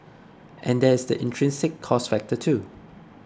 and there is the intrinsic cost factor too